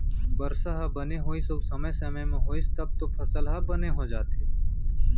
बरसा ह बने होइस अउ समे समे म होइस तब तो फसल ह बने हो जाथे